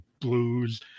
blues